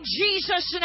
Jesus